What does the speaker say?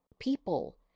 people